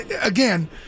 again